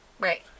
Right